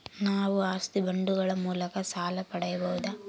ನಾವು ಆಸ್ತಿ ಬಾಂಡುಗಳ ಮೂಲಕ ಸಾಲ ಪಡೆಯಬಹುದಾ?